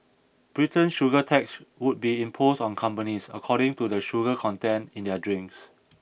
Britain's sugar tax would be imposed on companies according to the sugar content in their drinks